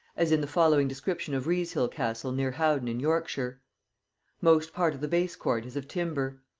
as in the following description of wresehill-castle near howden in yorkshire most part of the base court is of timber.